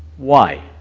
why?